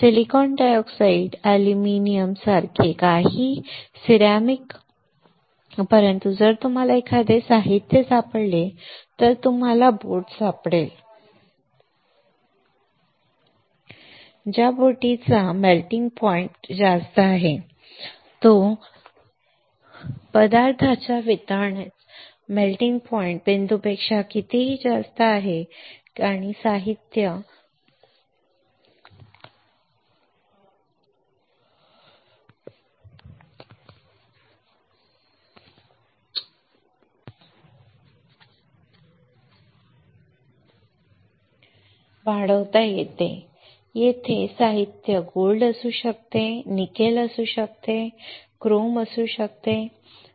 silicon dioxide alumina सारखे काही ceramics योग्य परंतु जर तुम्हाला एखादे साहित्य सापडले तर तुम्हाला बोट सापडेल ज्या बोटीचा मेल्टिंग पॉइंट जास्त आहे तो पदार्थाच्या मेल्टिंग पॉइंट पेक्षा कितीतरी जास्त आहे आणि साहित्य पिकवता येते तेथे साहित्य सोने असू शकते ते साहित्य निकेल असू शकते ते साहित्य कोणतेही क्रोम असू शकते बरोबर